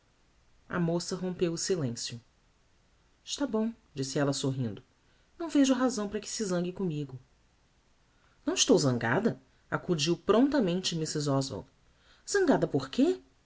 a moça rompeu o silencio está bom disse ella sorrindo não vejo razao para que se zangue commigo não estou zangada acudiu promptamente mrs oswald zangada porque